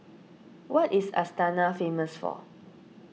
what is Astana famous for